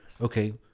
Okay